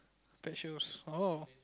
pet shoes oh